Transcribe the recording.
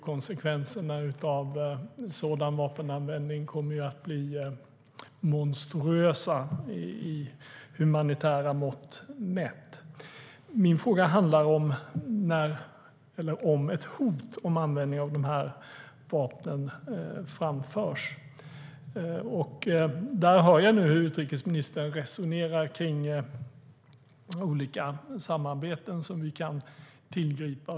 Konsekvenserna av sådan vapenanvändning kommer att bli monstruösa med humanitära mått mätt. Min fråga handlar om när eller om ett hot om användning av dessa vapen framförs. Jag hör hur utrikesministern resonerar kring olika samarbeten som vi kan tillgripa.